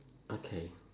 okay